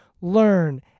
learn